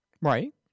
Right